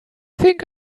think